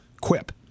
Quip